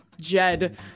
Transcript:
Jed